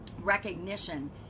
recognition